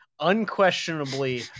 unquestionably